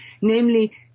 namely